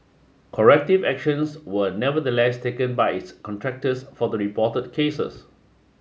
corrective actions were nevertheless taken by its contractors for the reported cases